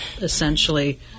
essentially